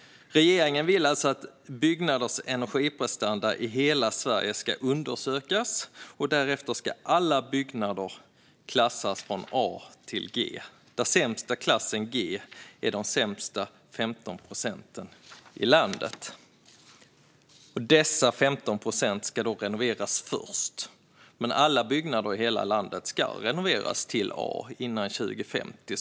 Regeringen vill alltså att byggnaders energiprestanda ska undersökas i hela Sverige och att alla byggnader därefter ska klassas från A till G, där den sämsta klassen G är de sämsta 15 procenten i landet. Dessa 15 procent ska renoveras först, men alla byggnader i hela landet ska renoveras till A före 2050.